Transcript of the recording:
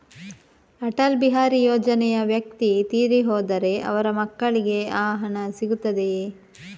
ಅಟಲ್ ಬಿಹಾರಿ ಯೋಜನೆಯ ವ್ಯಕ್ತಿ ತೀರಿ ಹೋದರೆ ಅವರ ಮಕ್ಕಳಿಗೆ ಆ ಹಣ ಸಿಗುತ್ತದೆಯೇ?